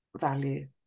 value